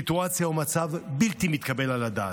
סיטואציה, מצב בלתי מתקבל על הדעת.